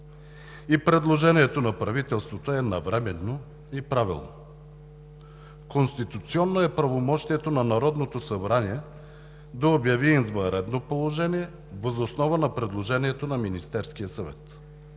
и предложението на правителството е навременно и правилно. Конституционно е правомощието на Народното събрание да обяви извънредно положение въз основа на предложение на Министерския съвет.